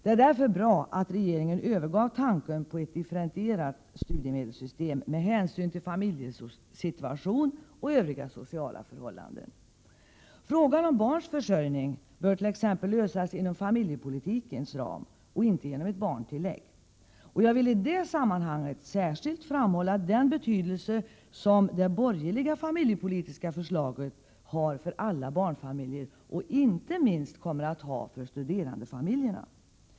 Därför är det bra att regeringen övergav tanken på ett differentierat studiemedelssystem med hänsyn till familjesituation och övriga sociala förhållanden. Frågan om barns försörjning bör t.ex. lösas inom familjepolitikens ram och inte genom ett barntillägg. Jag vill i det sammanhanget särskilt framhålla den betydelse som det borgerliga familjepolitiska förslaget har för alla barnfamiljer och inte minst kommer att ha för studerandefamiljerna.